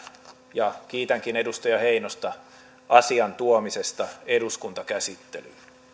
ja kiitänkin edustaja heinosta asian tuomisesta eduskuntakäsittelyyn